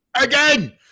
again